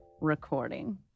recording